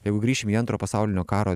jeigu grįšim į antro pasaulinio karo